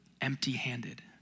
empty-handed